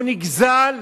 הוא נגזל,